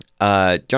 John